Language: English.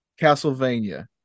Castlevania